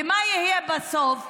ומה יהיה בסוף?